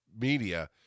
media